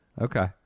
Okay